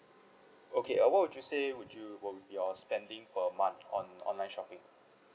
okay uh what would you say would you will be your spending per month on online shopping